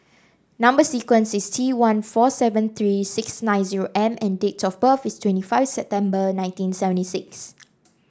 number sequence is T one four seven three six nine zero M and date of birth is twenty five September nineteen seventy six